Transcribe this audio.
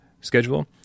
schedule